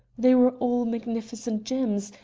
they were all magnificent gems,